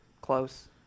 Close